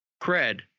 cred